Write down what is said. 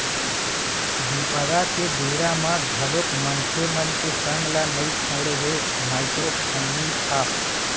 बिपदा के बेरा म घलोक मनखे मन के संग ल नइ छोड़े हे माइक्रो फायनेंस ह